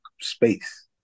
space